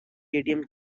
atm